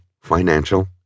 financial